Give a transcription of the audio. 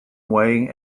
way